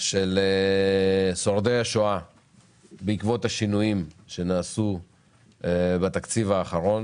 של שורדי השואה בעקבות השינויים שנעשו בתקציב האחרון,